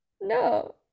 no